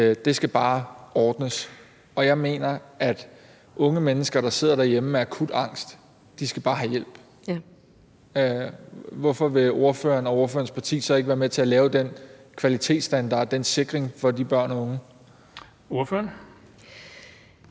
det skal bare ordnes. Og jeg mener, at unge mennesker, der sidder derhjemme med akut angst, bare skal have hjælp. Hvorfor vil ordføreren og ordførerens parti så ikke være med til at lave den kvalitetsstandard, den sikring for de børn og de unge?